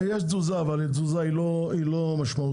יש תזוזה, אבל היא לא משמעותית